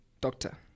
Doctor